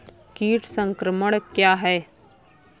कीट संक्रमण क्या है?